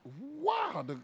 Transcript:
Wow